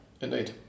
indeed